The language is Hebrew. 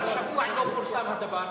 למה כבר שבוע לא פורסם הדבר?